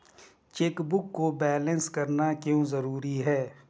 Chequebook को balance करना क्यों जरूरी है?